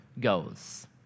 goes